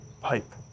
Pipe